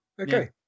okay